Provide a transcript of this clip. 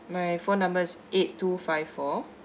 my phone number is eight two five four